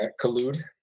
collude